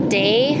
day